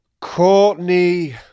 Courtney